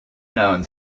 known